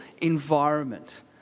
environment